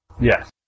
Yes